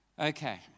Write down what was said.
Okay